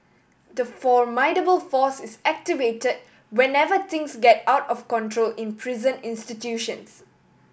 the formidable force is activated whenever things get out of control in prison institutions